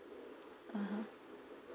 (uh huh)